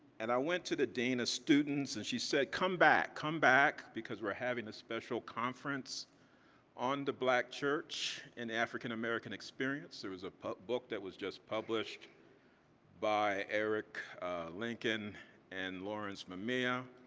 and i went to the dean of students and she said, come back, come back, because we're having a special conference on the black church and the african american experience. there was a book that was just published by eric lincoln and lawrence mamiya.